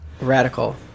Radical